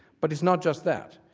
but it's not just that.